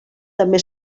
també